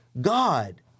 God